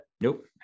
nope